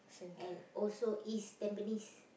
and also East Tampines